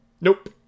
Nope